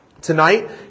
Tonight